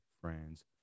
friends